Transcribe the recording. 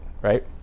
right